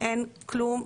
אין כלום.